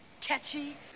catchy